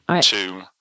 two